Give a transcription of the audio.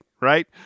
right